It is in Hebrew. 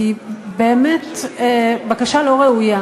היא באמת בקשה לא ראויה.